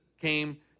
came